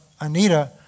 Anita